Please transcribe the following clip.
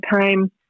time